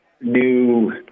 new